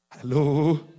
Hello